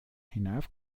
hinauf